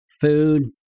food